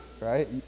Right